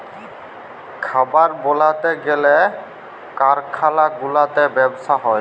খাবার বালাতে গ্যালে কারখালা গুলাতে ব্যবসা হ্যয়